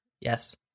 Yes